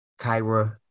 Kyra